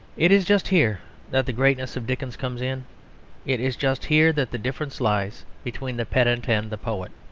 it is just here that the greatness of dickens comes in it is just here that the difference lies between the pedant and the poet.